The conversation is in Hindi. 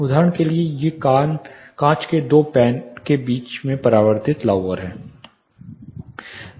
उदाहरण के लिए ये कांच के दो पैन के बीच में परावर्तित लाउवर हैं